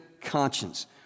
conscience